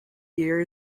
year